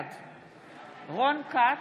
בעד רון כץ,